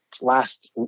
Last